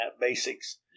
basics